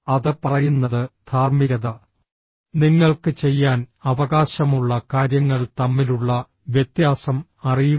അത് പറയുന്നത് ധാർമ്മികത നിങ്ങൾക്ക് ചെയ്യാൻ അവകാശമുള്ള കാര്യങ്ങൾ തമ്മിലുള്ള വ്യത്യാസം അറിയുക